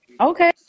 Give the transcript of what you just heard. Okay